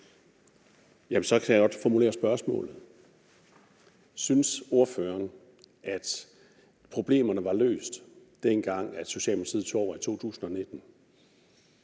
så kan jeg godt formulere det som spørgsmål. Synes ordføreren, at problemerne var løst, dengang Socialdemokratiet tog over i 2019?